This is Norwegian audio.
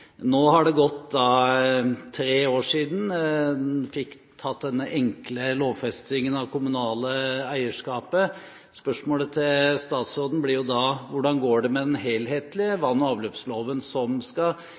Nå har det gått tre år siden en fikk foretatt denne enkle lovfestingen av det kommunale eierskapet. Spørsmålet til statsråden blir da: Hvordan går det med den helhetlige vann- og avløpsloven som mer fundamentalt skal